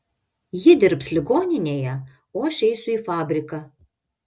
ji dirbs ligoninėje o aš eisiu į fabriką